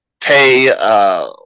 Tay